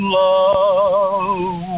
love